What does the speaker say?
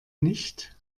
nicht